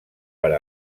per